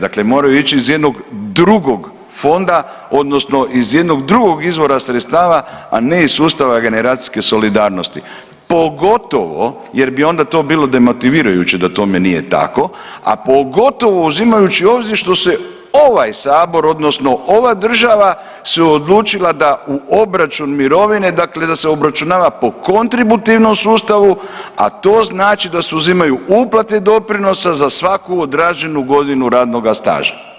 Dakle, moraju ići iz jednog drugog fonda, odnosno iz jednog drugog izvora sredstava, a ne iz sustava generacijske solidarnosti pogotovo jer bi onda to bilo demotivirajuće da tome nije tako, a pogotovo uzimajući u obzir što se ovaj Sabor, odnosno ova država se odlučila da u obračun mirovine, dakle da se obračunava po kontributivnom sustavu, a to znači da se uzimaju uplate doprinosa za svaku odrađenu godinu radnoga staža.